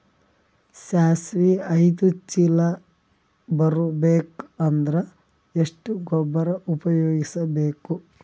ಸಾಸಿವಿ ಐದು ಚೀಲ ಬರುಬೇಕ ಅಂದ್ರ ಎಷ್ಟ ಗೊಬ್ಬರ ಉಪಯೋಗಿಸಿ ಬೇಕು?